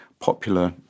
popular